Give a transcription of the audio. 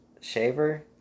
Shaver